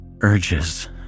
urges